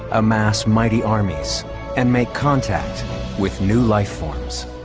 amass mighty armies and make contact with new life forms.